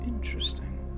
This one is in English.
Interesting